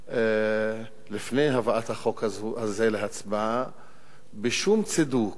לפני הבאת החוק הזה להצבעה בשום צידוק,